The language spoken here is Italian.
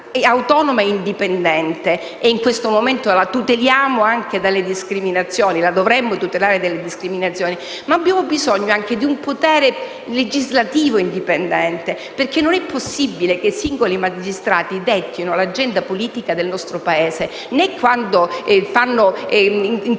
autonoma e indipendente (e in questo momento la tuteliamo o la dovremmo tutelare anche dalle discriminazioni), ma abbiamo bisogno anche di un potere legislativo indipendente, perché non è possibile che singoli magistrati dettino l'agenda politica del nostro Paese, né quando fanno introdurre